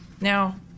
Now